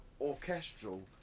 orchestral